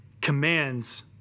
commands